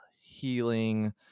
healing